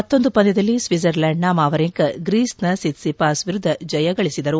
ಮತ್ತೊಂದು ಪಂದ್ಯದಲ್ಲಿ ಸ್ವಿಡ್ಡರ್ಲೆಂಡ್ನ ವಾವರಿಂಕ ಗ್ರೀಸ್ನ ಸಿತ್ಸಿಪಾಸ್ ವಿರುದ್ದ ಜಯ ಗಳಿಸಿದರು